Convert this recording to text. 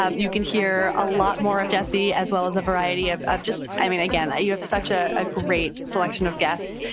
um you can hear a lot more of jessi, as well as a variety of of just i mean, again, you have such ah a great selection of guests,